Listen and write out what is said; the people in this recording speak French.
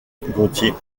gontier